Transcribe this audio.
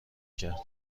کرد